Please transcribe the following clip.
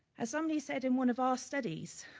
as somebody said in one of our studies,